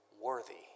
worthy